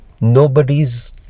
Nobody's